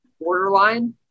Borderline